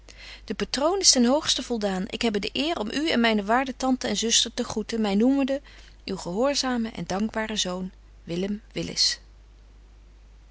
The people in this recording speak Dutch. de patroon is ten hoogsten voldaan ik hebbe de eer om u en myne waarde tante en zuster te groeten my noemende uw gehoorzame en dankbare zoon